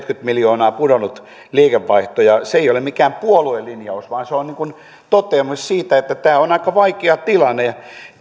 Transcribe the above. miljoonaa pudonnut liikevaihto ja se ei ole mikään puoluelinjaus vaan se on toteamus siitä että tämä on aika vaikea tilanne